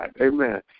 Amen